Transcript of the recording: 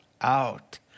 out